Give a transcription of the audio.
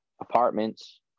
apartments